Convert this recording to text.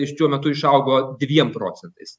iš šiuo metu išaugo dviem procentais